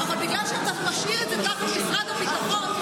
אבל בגלל שאתה משאיר את זה כך במשרד הביטחון,